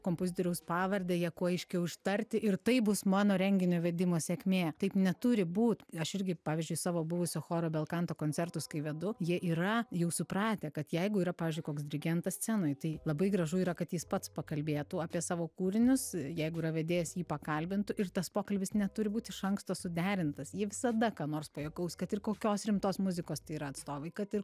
kompozitoriaus pavardę ją kuo aiškiau ištarti ir tai bus mano renginio vedimo sėkmė taip neturi būt aš irgi pavyzdžiui savo buvusio choro belkanto koncertus kai vedu jie yra jau supratę kad jeigu yra pavyzdžiui koks dirigentas scenoj tai labai gražu yra kad jis pats pakalbėtų apie savo kūrinius jeigu yra vedėjas jį pakalbintų ir tas pokalbis neturi būt iš anksto suderintas jie visada ką nors pajuokaus kad ir kokios rimtos muzikos tai yra atstovai kad ir